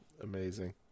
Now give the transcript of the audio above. Amazing